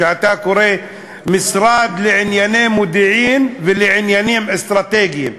כשאתה קורא "משרד לענייני מודיעין ולעניינים אסטרטגיים",